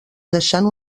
deixant